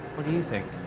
what do you think?